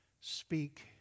speak